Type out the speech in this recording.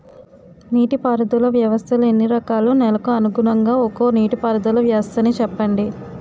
నీటి పారుదల వ్యవస్థలు ఎన్ని రకాలు? నెలకు అనుగుణంగా ఒక్కో నీటిపారుదల వ్వస్థ నీ చెప్పండి?